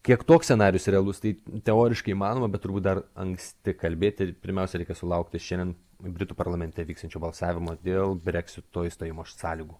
kiek toks scenarijus realus tai teoriškai įmanoma bet turbūt dar anksti kalbėti pirmiausia reikia sulaukti šiandien britų parlamente vyksiančio balsavimo dėl breksito išstojimo sąlygų